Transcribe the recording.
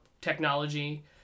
technology